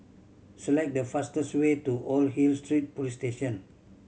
select the fastest way to Old Hill Street Police Station